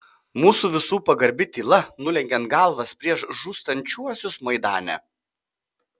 mūsų visų pagarbi tyla nulenkiant galvas prieš žūstančiuosius maidane